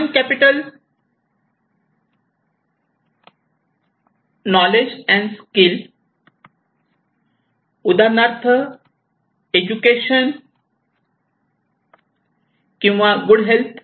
human capital knowledge and skill उदाहरणार्थ education किंवा good health